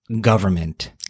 government